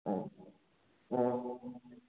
ꯑꯣ ꯑꯣ